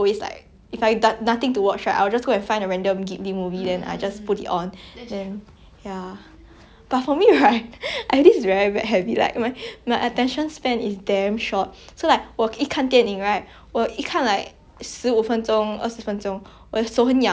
but for me right I this is very bad habit like my my attention span is damn short so like 我一看电影 right 我一看 like 十五分钟二十分钟我的手很痒 then 我去做别的东西 I'll pause 去拿食物还是什么 then after I come back then I sit there again then